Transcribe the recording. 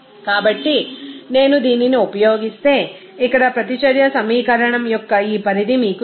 కాబట్టి నేను దీనిని ఉపయోగిస్తే ఇక్కడ ప్రతిచర్య సమీకరణం యొక్క ఈ పరిధి మీకు తెలుసు